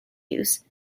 use